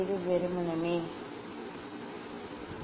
வாசிப்பு நேரம் 3126 இலிருந்து வாசிப்பை நாங்கள் எடுத்த வழி